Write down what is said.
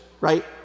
right